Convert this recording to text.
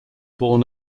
born